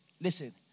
listen